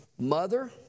mother